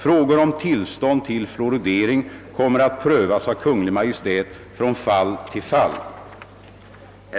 Frågor om tillstånd till fluoridering kommer att prövas av Kungl. Maj:t från fall till fall.